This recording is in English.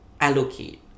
allocate